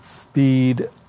speed